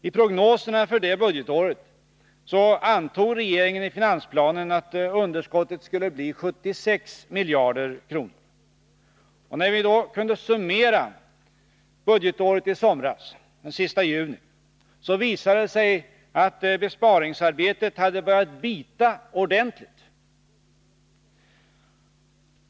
I prognoserna för det budgetåret antog regeringen i finansplanen att underskottet skulle bli 76 miljarder kronor. När vi den sista juni i somras kunde summera budgetåret visade det sig att besparingsarbetet hade börjat bita ordentligt.